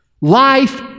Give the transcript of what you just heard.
Life